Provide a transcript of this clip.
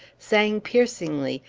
sang piercingly,